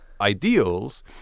ideals